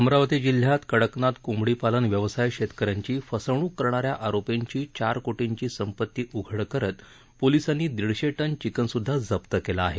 अमरावती जिल्ह्यात कडकनाथ कोंबडी पालन व्यवसाय शेतकऱ्यांची फसवणूक करणाऱ्या आरोपींची चार कोटींची संपत्ती उघड करत पोलिसांनी दीडशे टन चिकनसुद्धा जप्त केलं आहे